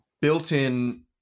built-in